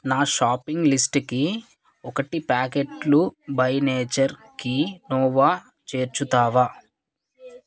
నా షాపింగ్ లిస్టుకి ఒకటి ప్యాకెట్లు బై నేచర్ కీనోవ చేర్చుతావా